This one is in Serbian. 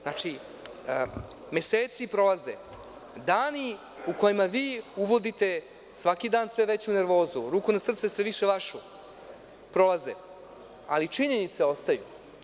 Znači, meseci prolaze, dani u kojima vi uvodite svaki dan sve veću nervozu, ruku na srce sve više vašu, prolaze, ali činjenice ostaju.